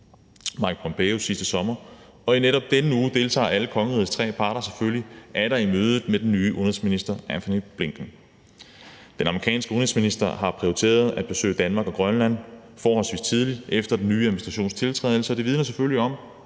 Mike Pompeo, sidste sommer, og netop i denne uge deltager alle kongerigets tre parter selvfølgelig atter i et møde med den nye amerikanske udenrigsminister, Antony Blinken. Den amerikanske udenrigsminister har prioriteret at besøge Danmark og Grønland forholdsvis tidligt efter den nye administrations tiltræden. Så det vidner selvfølgelig om,